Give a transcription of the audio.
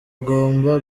agomba